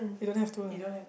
you don't have to lah